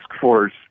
force